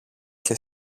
και